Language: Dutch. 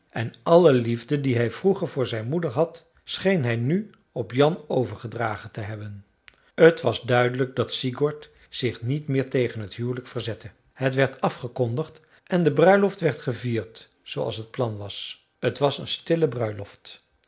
en alle liefde die hij vroeger voor zijn moeder had scheen hij nu op jan overgedragen te hebben t was duidelijk dat sigurd zich niet meer tegen het huwelijk verzette het werd afgekondigd en de bruiloft werd gevierd zooals het plan was t was een stille bruiloft